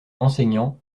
enseignants